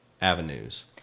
avenues